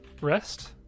rest